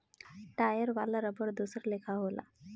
tyre वाला रबड़ दोसर लेखा होला